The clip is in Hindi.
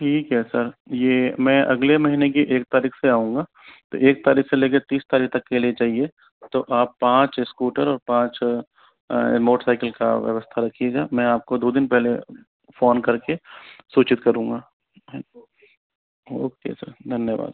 ठीक है सर यह मैं अगले महीने की एक तारीख से आऊंगा तो एक तारीख से लेकर तीस तारीख तक के लिए चाहिए तो आप पाँच स्कूटर और पाँच मोटरसाइकिल का व्यवस्था रखिएगा मैं आपको दो दिन पहले फोन करके सूचित करुंगा ओके सर धन्यवाद